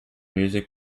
music